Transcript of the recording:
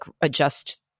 adjust